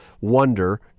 wonder